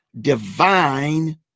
divine